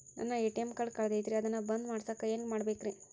ನನ್ನ ATM card ಕಳದೈತ್ರಿ ಅದನ್ನ ಬಂದ್ ಮಾಡಸಾಕ್ ಏನ್ ಮಾಡ್ಬೇಕ್ರಿ?